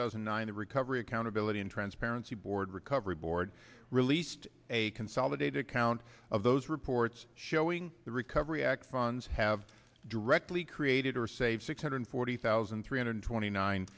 thousand and nine a recovery accountability and transparency board recovery board released a consolidated count of those reports showing the recovery act funds have directly created or saved six hundred forty thousand three hundred twenty nine